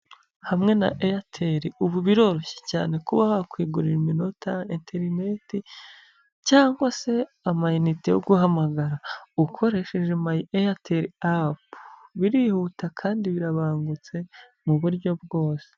Hamwe na Airtel ubu biroroshye cyane kuba wakwigurira iminota, interineti cyangwa se amayinite yo guhamagara, ukoresheje My Airtel App, birihuta kandi birabangutse mu buryo bwose.